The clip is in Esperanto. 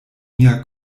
mia